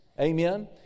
amen